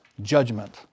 judgment